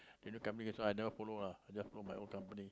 the other company that's why I never follow lah I only follow my own company